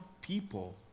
people